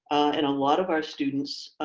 and a lot of our students,